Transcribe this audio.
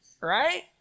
right